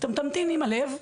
תמתין עם הלב,